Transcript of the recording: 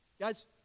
Guys